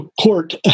court